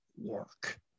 work